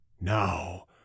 now